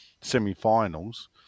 semi-finals